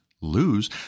lose